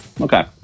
Okay